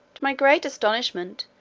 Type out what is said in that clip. to my great astonishment,